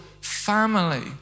family